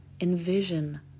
envision